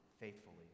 faithfully